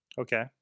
okay